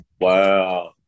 Wow